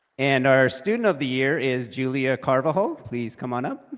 and our student of the year is julia carvalho please come on up